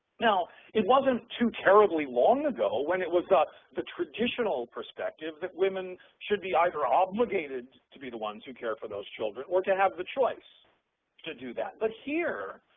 now it wasn't too terribly long ago when it was ah the traditional perspective that women should be either obligated to be the ones who care for those children or to have the choice to do that. but here,